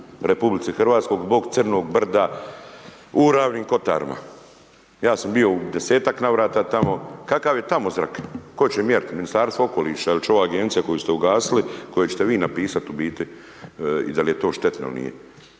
najavila tužbu RH zbog crnog brda u Ravnim kotarima. Ja sam bio u 10-tak navrata tamo kakav je tamo zrak, tko će mjerit Ministarstvo okoliša il će ova agencija koju ste ugasili koju ćete bi napisat u biti i da li je to štetno il nije,